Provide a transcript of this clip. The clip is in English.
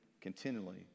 continually